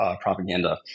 propaganda